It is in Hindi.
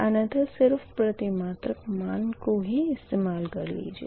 अन्यथा सिर्फ़ प्रतिमात्रक मान को ही इस्तेमाल कर लीजिए